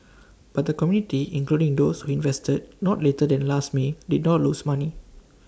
but the community including those who invested not later than last may did not lose money